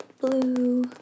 blue